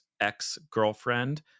ex-girlfriend